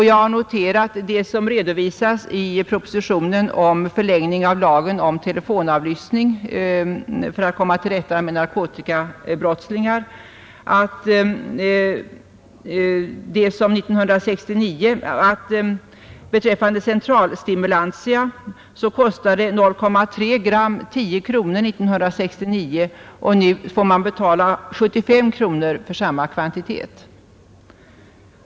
Jag har noterat vad som redovisas i propositionen om förlängning av lagen om telefonavlyssning för att komma till rätta med narkotikabrottsligheten, nämligen att beträffande centralstimulantia kostade 0,3 gram 10 kronor år 1969, och nu får man betala 75 kronor för samma kvantitet.